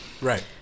Right